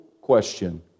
question